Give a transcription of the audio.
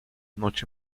noche